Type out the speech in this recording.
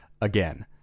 again